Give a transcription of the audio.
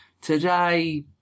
Today